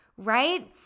right